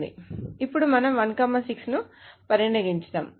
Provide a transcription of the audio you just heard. ఇప్పుడు మనం 1 6 ను పరిగణించుదాము